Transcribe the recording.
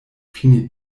fine